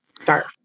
start